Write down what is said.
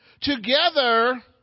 Together